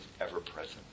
ever-present